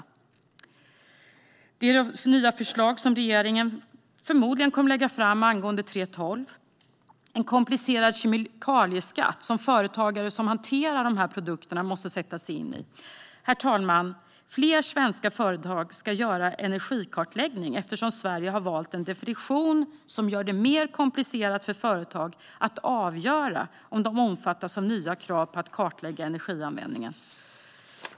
Regeringen kommer förmodligen att lägga fram ett nytt förslag när det gäller 3:12-reglerna. Vi får en komplicerad kemikalieskatt som företagare som hanterar vissa produkter måste sätta sig in i. Herr talman! Fler svenska företag ska göra energikartläggning eftersom Sverige har valt en definition som gör det mer komplicerat för företag att avgöra om de omfattas av nya krav på att kartlägga energianvändningen.